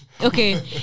okay